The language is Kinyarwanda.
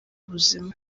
buzima